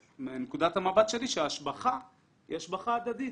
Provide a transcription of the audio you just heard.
לדעתי, מנקודת המבט שלי ההשבחה היא השבחה הדדית.